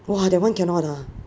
!wah! that one cannot ah